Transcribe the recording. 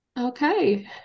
okay